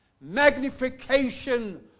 Magnification